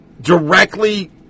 directly